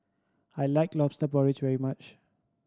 I like Lobster Porridge very much